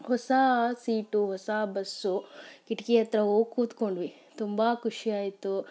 ಹೊಸ ಸೀಟು ಹೊಸ ಬಸ್ಸು ಕಿಟಕಿ ಹತ್ತಿರ ಹೋಗ್ ಕೂತುಕೊಂಡ್ವಿ ತುಂಬ ಖುಷಿ ಆಯಿತು